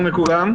לכולם.